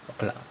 okay lah